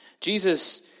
Jesus